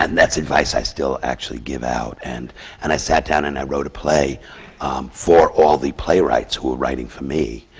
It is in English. and that's advice i still actually give out. and and i sat down and i wrote a play for all the playwrights who were writing for me,